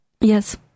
yes